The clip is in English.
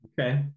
Okay